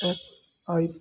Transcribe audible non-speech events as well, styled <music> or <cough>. <unintelligible>